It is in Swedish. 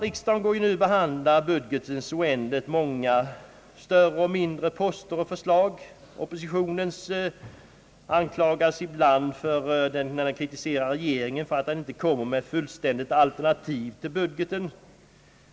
Riksdagen går nu att behandla budgetens oändligt många större och mindre poster och förslag. Oppositionen anklagas ibland när den kritiserar regeringen för att den inte kommer med ett fullständigt alternativ till budget.